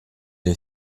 est